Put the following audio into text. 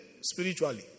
spiritually